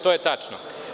To je tačno.